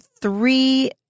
three